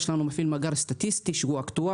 יש לנו מפעיל מאגר סטטיסטי שהוא אקטואר,